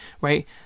right